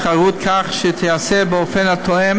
מִשטור התחרות כך שתיעשה באופן התואם